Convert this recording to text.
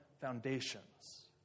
foundations